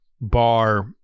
bar